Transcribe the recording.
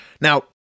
Now